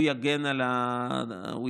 הוא יגן על הדייר.